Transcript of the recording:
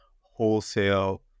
wholesale